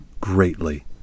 greatly